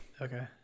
Okay